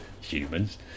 humans